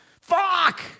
Fuck